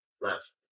left